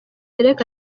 derek